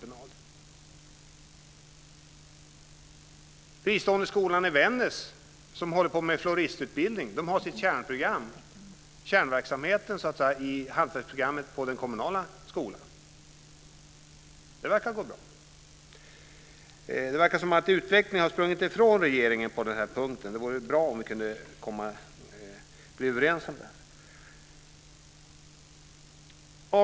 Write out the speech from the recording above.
Den fristående skolan i Vännäs har floristutbildning. Skolans kärnverksamhet i hantverksprogrammet bedrivs på den kommunala skolan. Det verkar gå bra. Det verkar som om utvecklingen har sprungit ifrån regeringen på den här punkten. Det vore bra om vi kunde bli överens om det. Fru talman!